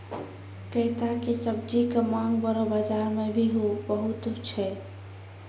कैता के सब्जी के मांग बड़ो बाजार मॅ भी बहुत छै